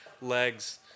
legs